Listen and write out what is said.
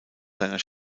seiner